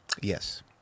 Yes